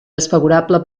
desfavorable